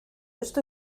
esto